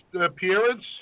appearance